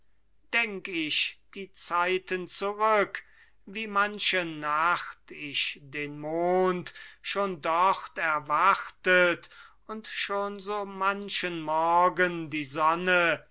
denk ich die zeiten zurück wie manche nacht ich den mond schon dort erwartet und schon so manchen morgen die sonne